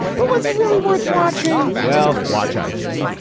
but was it really worth watching? well, watch, i did.